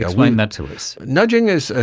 explain that to us. nudging is, ah